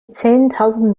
zehntausend